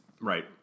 right